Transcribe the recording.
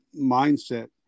mindset